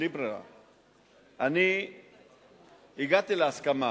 אני הגעתי להסכמה,